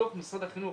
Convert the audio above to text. לתוך משרד החינוך.